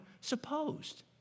supposed